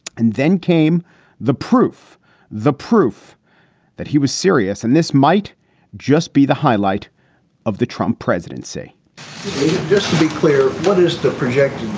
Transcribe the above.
and then came the proof the proof that he was serious. and this might just be the highlight of the trump presidency just to be clear, what is the projected